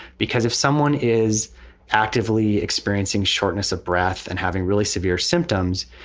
because if someone is actively experiencing shortness of breath and having really severe symptoms,